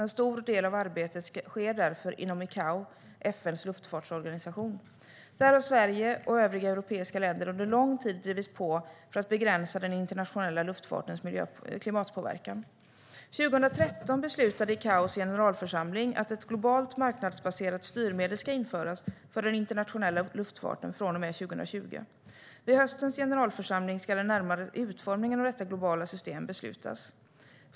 En stor del av arbetet sker därför inom ICAO, FN:s luftfartsorganisation. Där har Sverige och övriga europeiska länder under lång tid drivit på för att begränsa den internationella luftfartens klimatpåverkan. År 2013 beslutade ICAO:s generalförsamling att ett globalt, marknadsbaserat styrmedel ska införas för den internationella luftfarten från och med 2020. Vid höstens generalförsamling ska den närmare utformningen av detta globala system beslutas.